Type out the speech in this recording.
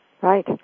right